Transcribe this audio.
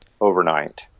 overnight